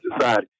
society